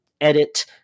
edit